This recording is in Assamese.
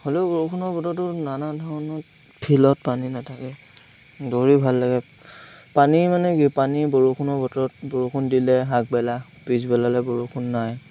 হ'লেও বৰষুণৰ বতৰটো নানা ধৰণৰ ফিল্ডত পানী নাথাকে দৌৰি ভাল লাগে পানী মানে কি পানী বৰষুণৰ বতৰত বৰষুণ দিলে আগবেলা পিছবেলালৈ বৰষুণ নাই